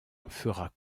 fera